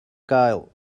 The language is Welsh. gael